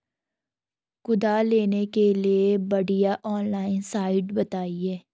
कुदाल लेने के लिए बढ़िया ऑनलाइन साइट बतायें?